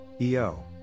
eo